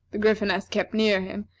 the gryphoness kept near him,